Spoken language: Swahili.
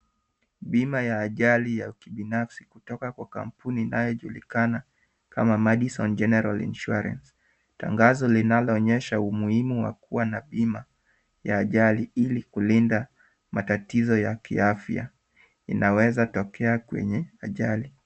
Bima ya ajali ya kibinafsi kutoka kwa kampuni inayojulikana kama mardison general insurance . Tangazo linaloonyesha umuhimu wa kuwa na bima ya ajali ili kulinda matatizo ya kiafya inaweza kutokea kwenye ajali.